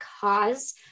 cause